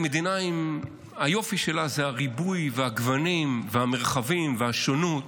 היופי שלה זה הריבוי והגוונים והמרחבים והשונות.